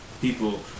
people